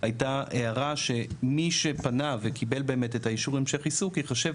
הייתה הערה שמי שפנה וקיבל באמת את האישורים של עיסוק ייחשב